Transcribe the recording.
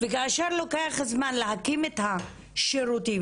וכאשר לוקח זמן להקים את השירותים,